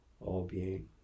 All-Being